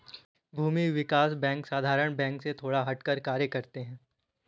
भूमि विकास बैंक साधारण बैंक से थोड़ा हटकर कार्य करते है